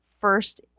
first